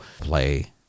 play